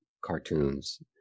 cartoons